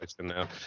now